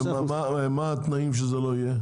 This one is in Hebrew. ומה התנאים שזה לא יקרה?